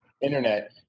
internet